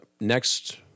next